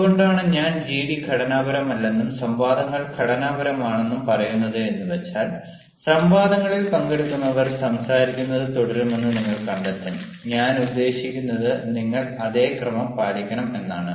എന്തുകൊണ്ടാണ് ഞാൻ ജിഡി ഘടനാപരമല്ലെന്നും സംവാദങ്ങൾ ഘടനാപരമാണെന്നും പറയുന്നത് എന്നുവെച്ചാൽ സംവാദങ്ങളിൽ പങ്കെടുക്കുന്നവർ സംസാരിക്കുന്നത് തുടരുമെന്ന് നിങ്ങൾ കണ്ടെത്തും ഞാൻ ഉദ്ദേശിക്കുന്നത് നിങ്ങൾ അതേ ക്രമം പാലിക്കണം എന്നാണ്